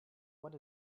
what